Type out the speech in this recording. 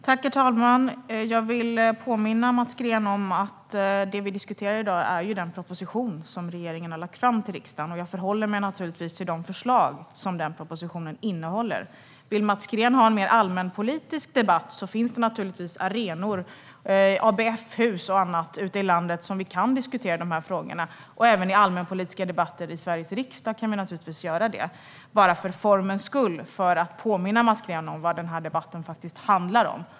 Herr talman! Låt mig påminna Mats Green om att det vi nu diskuterar är den proposition som regeringen har lagt fram till riksdagen, och jag förhåller mig givetvis till de förslag som denna proposition innehåller. Vill Mats Green ha en mer allmänpolitisk debatt finns det arenor ute i landet, ABF-hus och annat, där vi kan diskutera dessa frågor. Vi kan givetvis också göra det i allmänpolitiska debatter här i Sveriges riksdag. Jag säger detta för formens skull för att påminna Mats Green om vad denna debatt faktiskt handlar om.